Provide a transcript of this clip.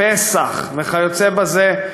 פס"ח וכיוצא בזה,